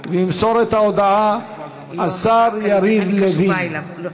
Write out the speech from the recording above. וימסור את ההודעה השר יריב לוין.